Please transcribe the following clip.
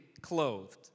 clothed